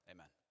Amen